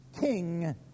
king